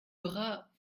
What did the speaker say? aura